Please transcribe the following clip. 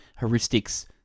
heuristics